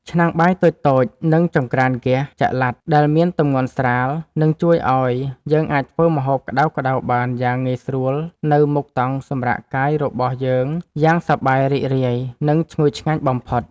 ឆ្នាំងបាយតូចៗ និង ចង្ក្រានហ្គាសចល័តដែលមានទម្ងន់ស្រាលនឹងជួយឱ្យយើងអាចធ្វើម្ហូបក្តៅៗបានយ៉ាងងាយស្រួលនៅមុខតង់សម្រាកកាយរបស់យើងយ៉ាងសប្បាយរីករាយ និង ឈ្ងុយឆ្ងាញ់បំផុត។